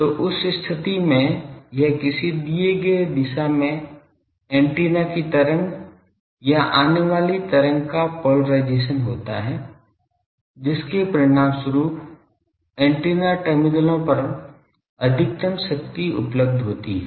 तो उस स्थिति में यह किसी दिए गए दिशा में एंटीना की तरंग या आने वाली तरंग का पोलराइजेशन होता है जिसके परिणामस्वरूप एंटीना टर्मिनलों पर अधिकतम शक्ति उपलब्ध होती है